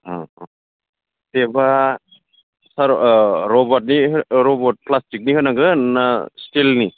अ अ टेपआ सार रबार्टनि रबर प्लासटिकनि होनांगोन ना स्टिलनि